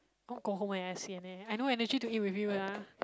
I want go home eh I sian eh I no energy to eat with you lah